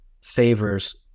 favors